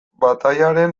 batailaren